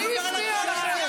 זה חוק גרוע,